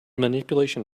manipulation